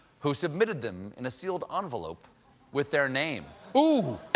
who submitted them in a sealed envelope with their name. oooh,